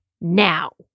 now